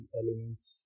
elements